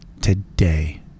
today